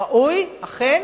ראוי, אכן,